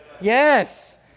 Yes